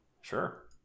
sure